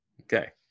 Okay